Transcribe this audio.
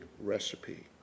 recipe